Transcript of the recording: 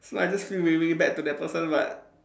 so I just feel really really bad to the that person but